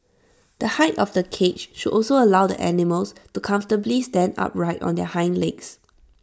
the height of the cage should also allow the animals to comfortably stand upright on their hind legs